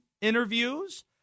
interviews